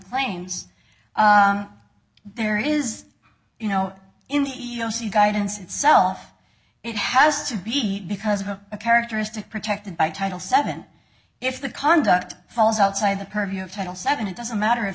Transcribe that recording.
claims there is you know in the e e o c guidance itself it has to be because of a characteristic protected by title seven if the conduct falls outside the purview of title seven it doesn't matter if